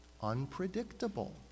unpredictable